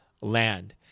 land